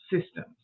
systems